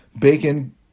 bacon